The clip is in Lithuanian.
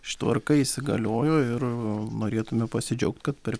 ši tvarka įsigaliojo ir norėtume pasidžiaugt kad per